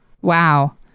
Wow